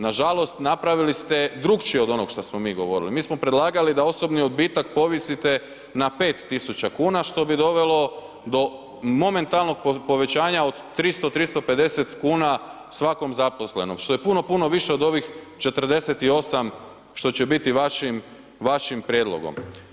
Nažalost, napravili ste drukčije od onog što smo mi govorili, mi smo predlagali da osobni odbitak povisite na 5.000,00 kn što bi dovelo do momentalnog povećanja od 300-350,00 kn svakom zaposlenom što je puno, puno više od ovih 48, što će biti vašim, vašim prijedlogom.